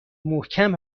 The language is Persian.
محکم